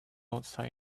outside